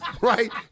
right